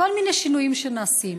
כל מיני שינויים שנעשים.